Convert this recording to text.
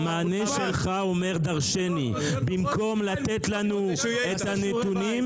המענה שלך אומר דרשני, במקום לתת לנו את הנתונים,